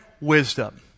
wisdom